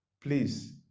Please